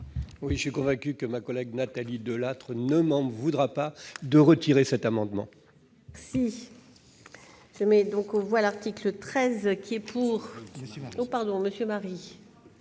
? Je suis convaincu que ma collègue Nathalie Delattre ne m'en voudra pas de retirer cet amendement